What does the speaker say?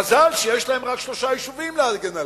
מזל שיש להם רק שלושה יישובים להגן עליהם.